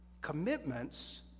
Commitments